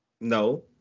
No